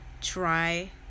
try